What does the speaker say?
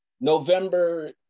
November